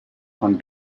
von